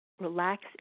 relax